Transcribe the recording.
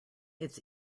its